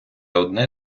одне